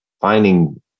finding